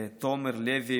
תומר לוי,